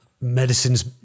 medicines